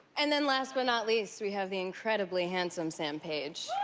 and then last but not least, we have the incredibly handsome sam page.